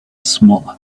smaller